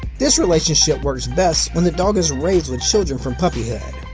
this relationship works best when the dog is raised with children from puppyhood.